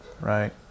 right